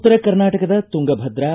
ಉತ್ತರ ಕರ್ನಾಟಕದ ತುಂಗಭದ್ರಾ